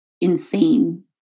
insane